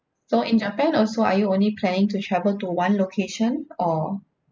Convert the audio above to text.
so in japan also are you only planning to travel to one location or